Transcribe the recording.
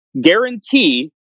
guarantee